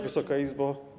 Wysoka Izbo!